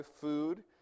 food